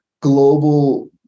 global